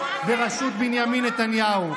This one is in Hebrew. בראשות בנימין נתניהו.